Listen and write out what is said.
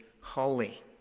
holy